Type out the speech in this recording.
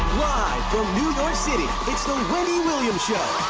from new york city, it's the wendy williams show!